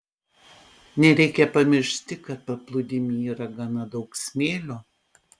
nereikia pamiršti kad paplūdimy yra gana daug smėlio